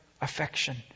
affection